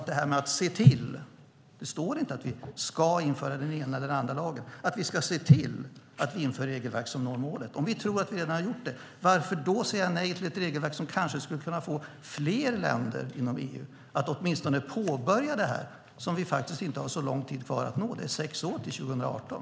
Det står inte att vi "ska" införa den ena eller andra lagen utan att vi ska "se till" att införa regelverk som når målet. Om vi tror att vi redan har gjort det, varför då säga nej till ett regelverk som kanske skulle kunna få fler länder inom EU att åtminstone påbörja det arbetet mot målet, som vi faktiskt inte har så lång tid kvar att nå. Det är sex år till 2018.